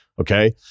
Okay